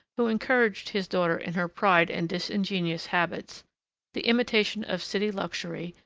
who encouraged his daughter in her pride and disingenuous habits the imitation of city luxury,